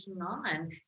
on